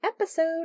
episode